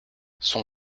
son